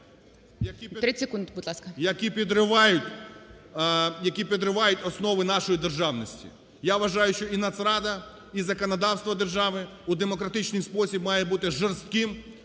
…які підривають основи нашої державності. Я вважаю, що і Нацрада, і законодавство держави у демократичний спосіб має бути жорстким